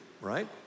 right